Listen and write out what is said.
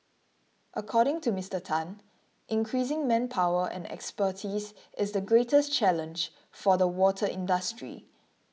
according to Mr Tan increasing manpower and expertise is the greatest challenge for the water industry